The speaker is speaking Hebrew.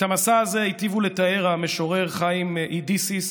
את המסע הזה היטיבו לתאר המשורר חיים אידיסיס,